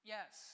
Yes